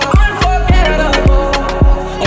unforgettable